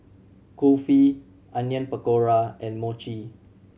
Kulfi Onion Pakora and Mochi